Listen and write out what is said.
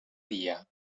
dia